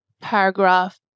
paragraph